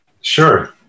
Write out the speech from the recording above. Sure